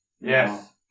Yes